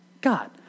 God